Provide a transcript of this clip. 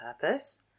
purpose